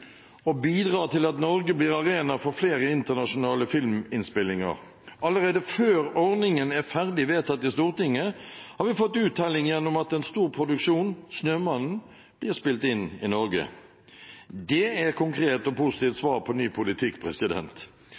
til at Norge blir arena for flere internasjonale filminnspillinger. Allerede før ordningen er vedtatt i Stortinget, har vi fått uttelling gjennom at en stor produksjon, «Snømannen», blir spilt inn i Norge. Det er et konkret og positivt svar på ny politikk.